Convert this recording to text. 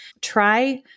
try